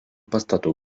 pastatų